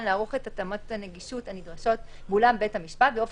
לערוך את התאמות הנגישות הנדרשות באולם בית המשפט באופן